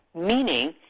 meaning